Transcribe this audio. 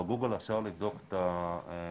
בגוגל אפשר לבדוק את המגמות,